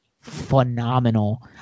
phenomenal